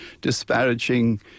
disparaging